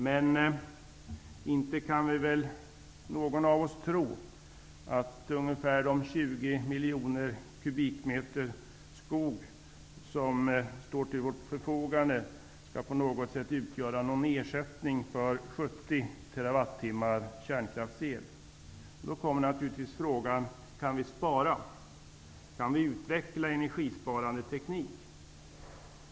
Men inte kan någon av oss tro att de ungefär 20 miljoner kubikmeter skog som står till vårt förfogande skall på något sätt utgöra en ersättning för 70 terawattimmar kärnkraftsel. Då uppstår naturligtvis frågan om vi i stället kan spara. Kan vi utveckla energisparande teknik?